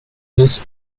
this